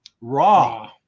raw